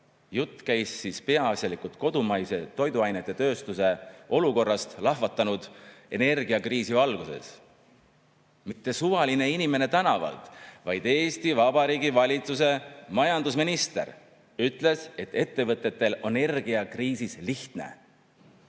Jutt käis peaasjalikult kodumaise toiduainetööstuse olukorrast lahvatanud energiakriisi valguses. Mitte suvaline inimene tänavalt, vaid Eesti Vabariigi valitsuse majandusminister ütles, et ettevõtetel on energiakriisis lihtne.